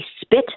spit